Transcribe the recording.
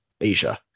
asia